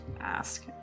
ask